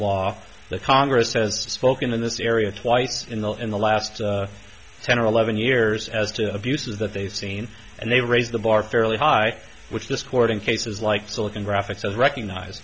law the congress has spoken in this area twice in the in the last ten or eleven years as to the abuses that they've seen and they raise the bar fairly high which this court in cases like silicon graphics and recognize